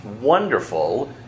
wonderful